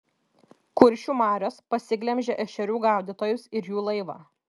kuršių marios pasiglemžė ešerių gaudytojus ir jų laivą